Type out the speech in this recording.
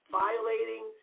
violating